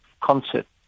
concept